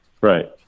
Right